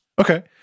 Okay